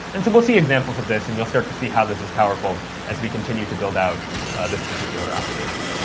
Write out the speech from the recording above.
and so we'll see examples of this, and you'll start to see how this is powerful as we continue to build out this particular application.